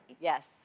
Yes